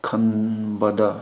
ꯈꯪꯕꯗ